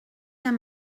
amb